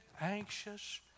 anxious